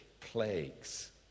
plagues